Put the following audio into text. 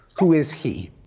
who is he?